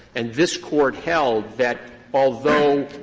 and this court held that, although